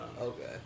Okay